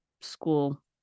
school